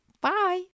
Bye